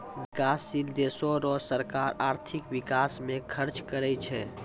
बिकाससील देसो रो सरकार आर्थिक बिकास म खर्च करै छै